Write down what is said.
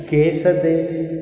gas ते